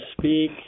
speak